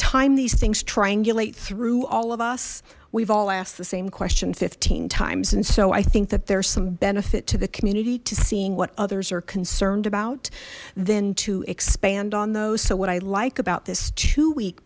time these things triangulate through all of us we've all asked the same question fifteen times and so i think that there's some benefit to the community to seeing what others are concerned about then to expand on those so what i like about this two week